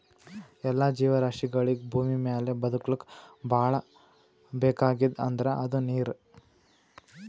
ಎಲ್ಲಾ ಜೀವರಾಶಿಗಳಿಗ್ ಭೂಮಿಮ್ಯಾಲ್ ಬದಕ್ಲಕ್ ಭಾಳ್ ಬೇಕಾಗಿದ್ದ್ ಅಂದ್ರ ಅದು ನೀರ್